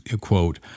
quote